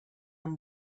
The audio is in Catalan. amb